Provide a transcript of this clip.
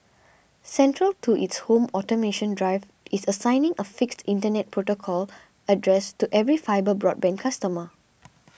central to its home automation drive is assigning a fixed internet protocol address to every fibre broadband customer